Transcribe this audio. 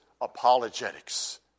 apologetics